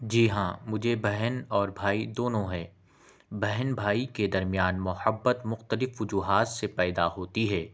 جی ہاں مجھے بہن اور بھائی دونوں ہیں بہن بھائی کے درمیان محبت مختلف وجوہات سے پیدا ہوتی ہے